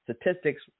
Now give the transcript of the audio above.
statistics